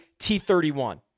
T31